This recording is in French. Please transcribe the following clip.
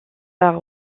par